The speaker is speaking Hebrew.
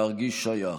להרגיש שייך.